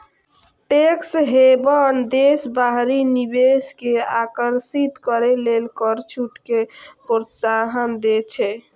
tax haven देश बाहरी निवेश कें आकर्षित करै लेल कर छूट कें प्रोत्साहन दै छै